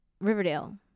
riverdale